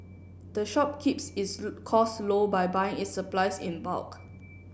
the shop keeps its costs low by buying its supplies in bulk